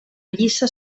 lliça